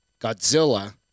Godzilla